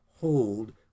hold